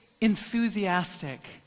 enthusiastic